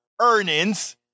earnings